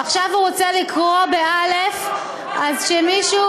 עכשיו הוא רוצה לקרוא, באל"ף, אז שמישהו,